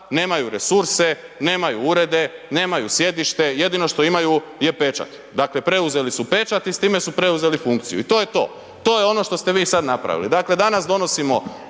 nemaju resurse, nemaju urede, nemaju sjedište, jedino što imaju je pečat. Dakle preuzeli su pečat i s time su preuzeli funkciju. I to je to, to je ono što ste vi sad napravili. Dakle danas donosimo